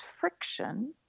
friction